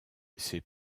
ses